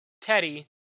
Teddy